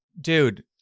Dude